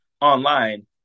online